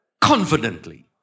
confidently